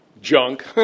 junk